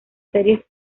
serie